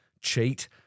cheat